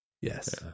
yes